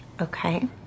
Okay